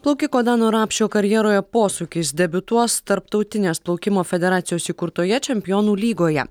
plaukiko dano rapšio karjeroje posūkis debiutuos tarptautinės plaukimo federacijos įkurtoje čempionų lygoje